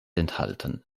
enthalten